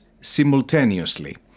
simultaneously